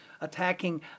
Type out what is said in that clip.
attacking